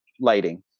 lighting